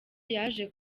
yaje